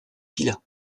pilat